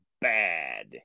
bad